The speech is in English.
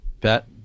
Pat